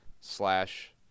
slash